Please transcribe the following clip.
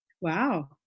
Wow